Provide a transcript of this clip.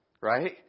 Right